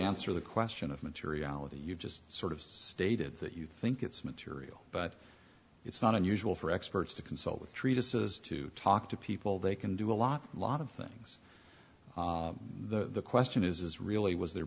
answer the question of materiality you just sort of stated that you think it's material but it's not unusual for experts to consult treatises to talk to people they can do a lot lot of things the question is really was the